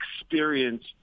experience